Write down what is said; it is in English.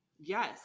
Yes